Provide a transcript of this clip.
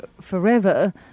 forever